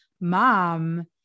mom